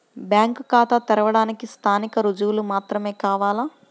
Bank ఖాతా తెరవడానికి స్థానిక రుజువులు మాత్రమే కావాలా?